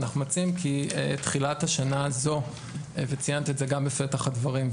אנחנו מציעים כי תחילת השנה הזאת ציינת את זה גם בפתח הדברים,